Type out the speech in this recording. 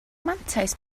mantais